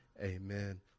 Amen